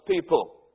people